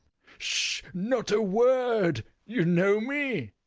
sh! not a word! you know me?